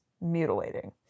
mutilating